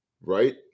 Right